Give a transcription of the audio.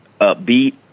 upbeat